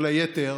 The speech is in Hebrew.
כל היתר